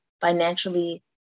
financially